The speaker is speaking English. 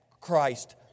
Christ